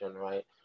right